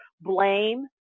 blame